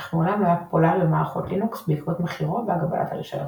אך מעולם לא היה פופולרי במערכות לינוקס בעקבות מחירו והגבלות הרישיון.